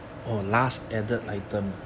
对